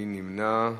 מי נמנע?